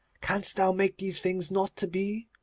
canst thou make these things not to be?